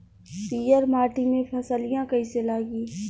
पीयर माटी में फलियां कइसे लागी?